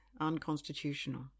unconstitutional